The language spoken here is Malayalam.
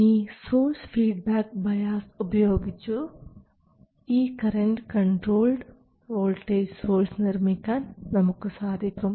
ഇനി സോഴ്സ് ഫീഡ്ബാക്ക് ബയാസ് ഉപയോഗിച്ചു കൂടി ഈ കറൻറ് കൺട്രോൾഡ് വോൾട്ടേജ് സോഴ്സ് നിർമ്മിക്കാൻ നമുക്ക് സാധിക്കും